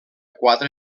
quatre